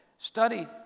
Study